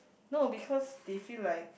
no because they feel like